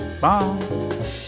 Bye